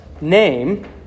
name